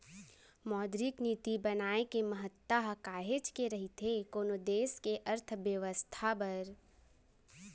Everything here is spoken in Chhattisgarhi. मौद्रिक नीति बनाए के महत्ता ह काहेच के रहिथे कोनो देस के अर्थबेवस्था बर